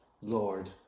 Lord